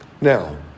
Now